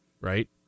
right